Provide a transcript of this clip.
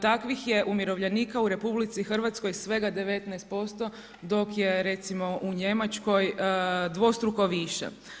Takvih je umirovljenika u RH svega 19%, dok je recimo u Njemačkoj dvostruko više.